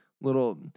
little